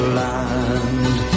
land